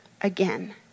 again